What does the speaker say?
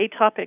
atopic